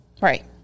Right